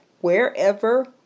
wherever